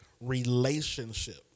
relationship